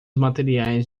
materiais